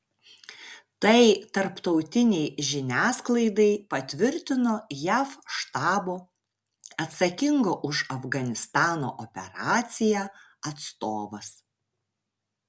tai tarptautinei žiniasklaidai patvirtino jav štabo atsakingo už afganistano operaciją atstovas